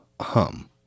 hum